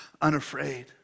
unafraid